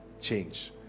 change